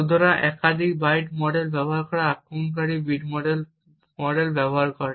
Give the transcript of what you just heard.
সুতরাং একাধিক byte model ব্যবহার করা আক্রমণগুলি বিট ফল্ট মডেল ব্যবহার করে